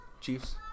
Chiefs